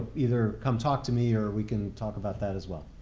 either come talk to me or we can talk about that as well.